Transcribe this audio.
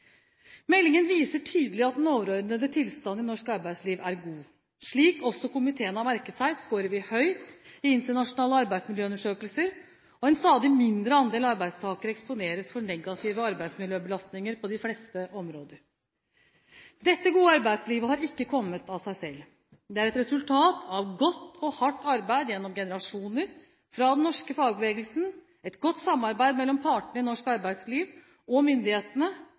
Meldingen viser tydelig at den overordnede tilstanden i norsk arbeidsliv er god. Slik også komiteen har merket seg, skårer vi høyt i internasjonale arbeidsmiljøundersøkelser, og en stadig mindre andel arbeidstakere eksponeres for negative arbeidsmiljøbelastninger på de fleste områder. Dette gode arbeidslivet har ikke kommet av seg selv. Det er et resultat av godt og hardt arbeid gjennom generasjoner fra den norske fagbevegelsen, et godt samarbeid mellom partene i norsk arbeidsliv og myndighetene,